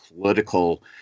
political